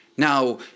Now